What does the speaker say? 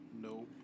No